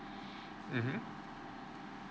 mmhmm